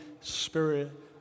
Spirit